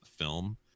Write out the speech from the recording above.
film